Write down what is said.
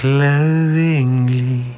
lovingly